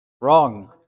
Wrong